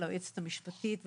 ליועצת המשפטית,